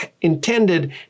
intended